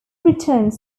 returns